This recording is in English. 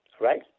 right